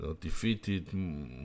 defeated